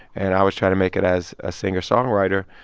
and i was trying to make it as a singer-songwriter.